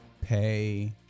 Pay